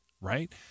right